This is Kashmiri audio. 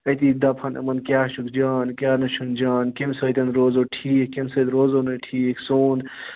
أتی دَپہَن یِمَن کیاہ چھُکھ جان کیاہ نہٕ چھُنہٕ جان کَمہِ سۭتۍ روزر ٹھیٖک کَمہِ سۭتۍ روزو نہٕ ٹھیٖک سون